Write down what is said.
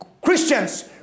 Christians